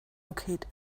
locate